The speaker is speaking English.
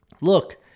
Look